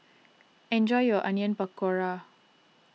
enjoy your Onion Pakora